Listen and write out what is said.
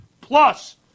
plus